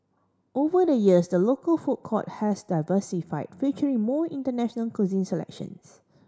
over the years the local food court has diversified featuring more international cuisine selections